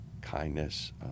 kindness